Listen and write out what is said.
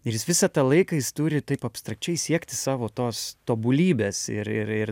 ir jis visą tą laiką jis turi taip abstrakčiai siekti savo tos tobulybės ir ir ir